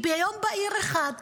ביום בהיר אחד,